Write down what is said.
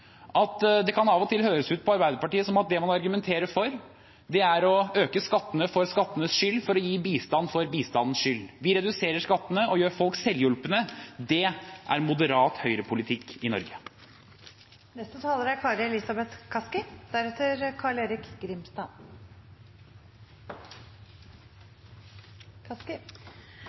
verdighet. Det kan av og til høres ut på Arbeiderpartiet som om det man argumenterer for, er å øke skattene for skattenes skyld for å gi bistand for bistandens skyld. Vi reduserer skattene og gjør folk selvhjulpne. Det er moderat Høyre-politikk i Norge. Når jeg hører på denne debatten, stiller jeg meg spørsmålet: Hvor er